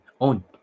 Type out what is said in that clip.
own